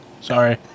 Sorry